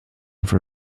for